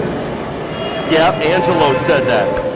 thank you very much. yeah, angelo said that.